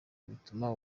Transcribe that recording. bituma